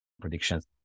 predictions